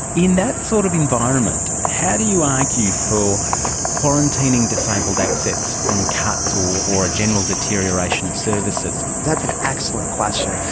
in that sort of environment, how do you argue for quarantining disabled access from cuts or or a general deterioration of services? that's an excellent question.